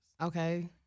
Okay